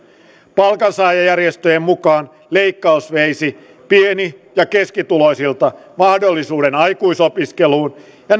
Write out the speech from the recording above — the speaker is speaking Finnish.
palkansaajajärjestöjen mukaan leikkaus veisi pieni ja keskituloisilta mahdollisuuden aikuisopiskeluun ja